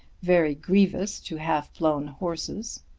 very grievous to half-blown horses.